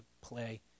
play